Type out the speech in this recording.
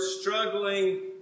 struggling